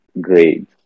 grades